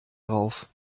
drauf